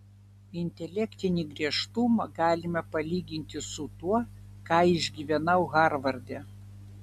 intelektinį griežtumą galime palyginti su tuo ką išgyvenau harvarde